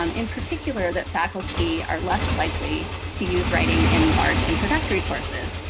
um in particular, that faculty are less likely to use writing in large introductory courses.